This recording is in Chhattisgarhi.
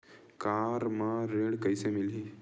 कार म ऋण कइसे मिलही?